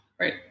right